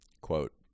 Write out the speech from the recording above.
quote